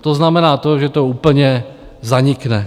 To znamená, to, že to úplně zanikne.